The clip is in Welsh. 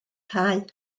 cae